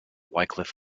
wycliffe